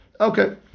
Okay